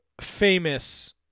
famous